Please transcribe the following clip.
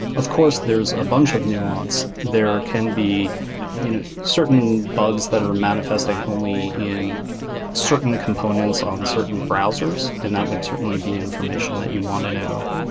of course, there's a bunch of nuance. there can be you know certain bugs that are manifesting only in certain components on certain browsers, and that would certainly be information that you want to know.